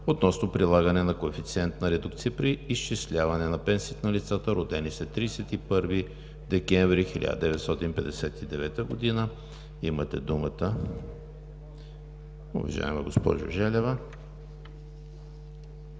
относно прилагане на коефициент на редукция при изчисляване на пенсията на лицата, родени след 31 декември 1959 г. Имате думата,